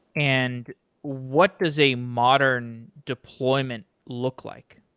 and what is a modern deployment look like?